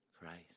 Christ